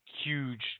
Huge